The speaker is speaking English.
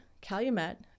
Calumet